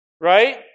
right